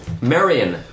Marion